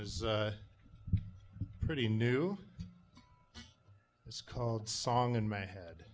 is pretty new it's called song in my head